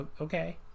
okay